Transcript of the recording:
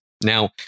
Now